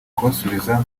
kubasubiza